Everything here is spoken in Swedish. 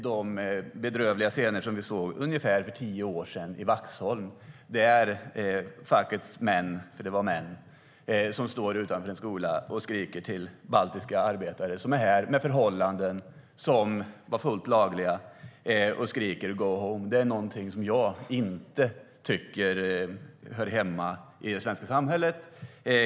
Det var bedrövliga scener vi såg för ungefär tio år sedan i Vaxholm, då fackets män - för det var män - stod utanför en skola och skrek till baltiska arbetare som var här under förhållanden som var fullt lagliga: Go home! Det är något jag tycker inte hör hemma i det svenska samhället.